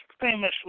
famously